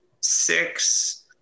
six